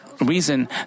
reason